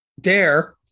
Dare